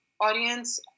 audience